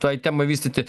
tai temai vystyti